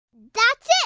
that's it.